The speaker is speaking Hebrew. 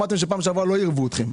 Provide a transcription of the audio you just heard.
בפעם שעברה אמרתם שלא ערבו אתכם.